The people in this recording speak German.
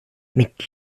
mit